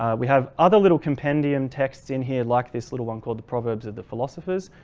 ah we have other little compendium texts in here like this little one called the proverbs of the philosophers.